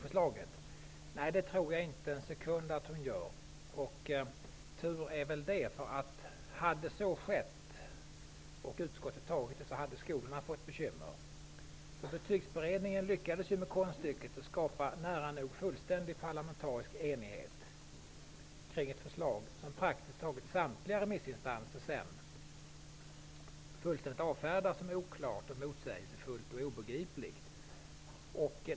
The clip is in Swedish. Nej, det tror jag inte en sekund att hon gör, och tur är väl det. Om så hade skett, och utskottet hade antagit förslaget, hade skolorna fått bekymmer. Betygsberedningen lyckades med konststycket att skapa nära nog fullständig parlamentarisk enighet kring ett förslag som praktiskt taget samtliga remissinstanser sedan avfärdade fullständigt som oklart, motsägelsefullt och obegripligt.